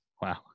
Wow